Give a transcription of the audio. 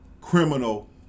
criminal